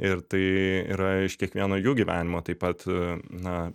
ir tai yra iš kiekvieno jų gyvenimo taip pat na